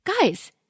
Guys